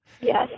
Yes